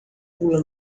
pula